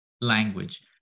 language